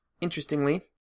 interestingly